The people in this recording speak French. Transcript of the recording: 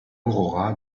aurora